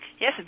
Yes